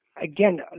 Again